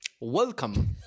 welcome